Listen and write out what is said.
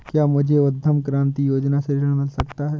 क्या मुझे उद्यम क्रांति योजना से ऋण मिल सकता है?